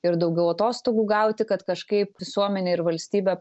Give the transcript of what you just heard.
ir daugiau atostogų gauti kad kažkaip visuomenė ir valstybė